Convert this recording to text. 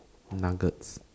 nuggets